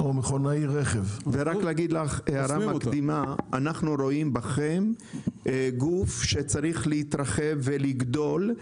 אנחנו רואים בכם גוף שצריך להתרחב ולגדול,